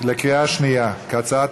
בקריאה שנייה, כהצעת